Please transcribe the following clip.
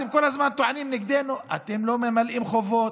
אתם כל הזמן טוענים נגדנו: אתם לא ממלאים חובות,